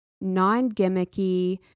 non-gimmicky